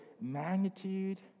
magnitude